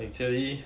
actually